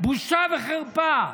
בושה וחרפה.